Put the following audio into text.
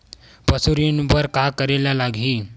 पशु ऋण बर का करे ला लगही?